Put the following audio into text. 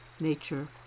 nature